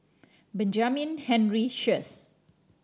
Benjamin Henry Sheares